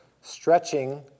stretching